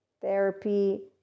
therapy